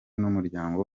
n’umuryango